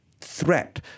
threat